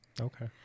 Okay